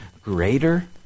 greater